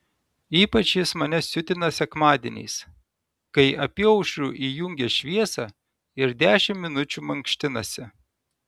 ypač jis mane siutina sekmadieniais kai apyaušriu įjungia šviesą ir dešimt minučių mankštinasi